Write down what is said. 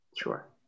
Sure